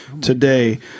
today